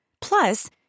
Plus